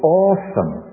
awesome